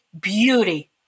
beauty